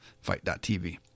fight.tv